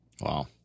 Wow